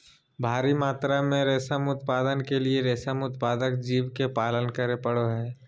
भारी मात्रा में रेशम उत्पादन के लिए रेशम उत्पादक जीव के पालन करे पड़ो हइ